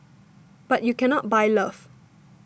but you cannot buy love